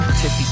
Tippy